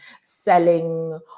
selling